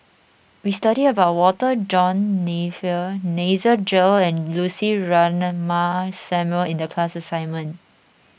we studied about Walter John Napier Nasir Jalil and Lucy Ratnammah Samuel in the class assignment